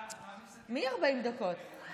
מי 40 דקות?